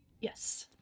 yes